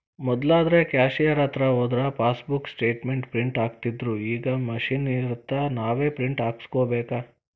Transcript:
ಮೊದ್ಲಾದ್ರ cashier ಹತ್ರ ಹೋದ್ರ passbook statement print ಹಾಕ್ತಿತ್ದ್ರುಈಗ ಮಷೇನ್ ಇರತ್ತ ನಾವ ಪ್ರಿಂಟ್ ಹಾಕಸ್ಕೋಬೇಕ